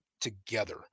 together